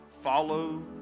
follow